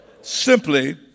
simply